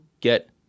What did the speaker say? get